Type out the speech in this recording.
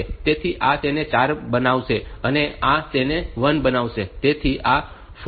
તેથી આ તેને 4 બનાવશે અને આ તેને 1 બનાવશે